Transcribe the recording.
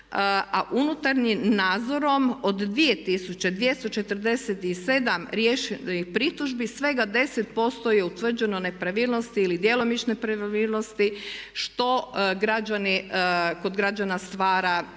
a unutarnjim nadzorom od 2247 riješenih pritužbi svega 10% je utvrđeno nepravilnosti ili djelomične nepravilnosti što kod građana stvara sumnju